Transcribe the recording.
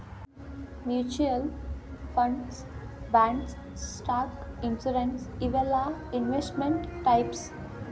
mutual funds bonds stock insurance ಇವೆಲ್ಲಾ investment types